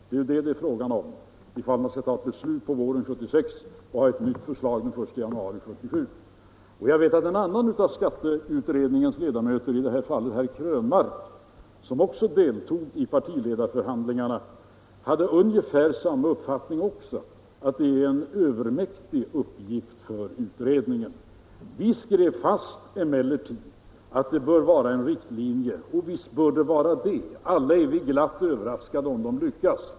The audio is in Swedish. Det är ju det det är fråga om, ifall man skall ta ett beslut på våren 1976 och ha ett nytt förslag den 1 januari 1977. Jag vet att en annan av skatteutredningens ledamöter, herr Krönmark, som också deltog i partiledarförhandlingarna, hade ungefär samma uppfattning — att det är en övermäktig uppgift för utredningen. Vi skrev emellertid fast att detta bör vara en riktlinje, och visst bör det vara det. Alla är vi glatt överraskade om utredningen lyckas.